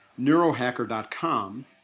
neurohacker.com